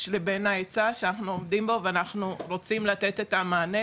ובין ההיצע שאנחנו עובדים בו ואנחנו רוצים לתת את המענה.